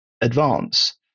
advance